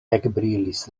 ekbrilis